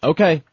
Okay